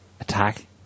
attack